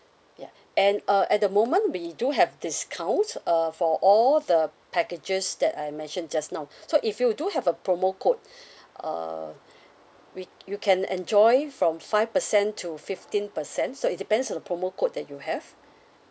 ya and uh at the moment we do have discounts uh for all the packages that I mentioned just now so if you do have a promo code uh whi~ you can enjoy from five percent to fifteen percent so it depends on the promo code that you have